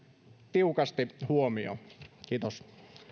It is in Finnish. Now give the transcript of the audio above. tiukasti huomioon kiitos